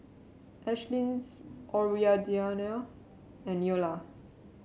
Ashlyn's Audriana and Neola